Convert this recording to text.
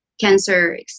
cancer